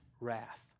wrath